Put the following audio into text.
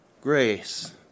Grace